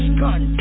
gun